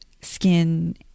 skin